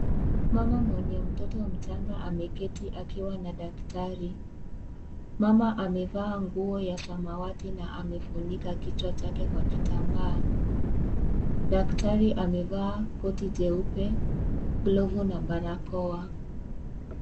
Mama mwenye mtoto mchanga ameketi akiwa na daktari. Mama amevaa nguo ya samawati na amefunika kichwa chake kwa kitambaa. Daktari amevaa koti jeupe, glavu na barakoa.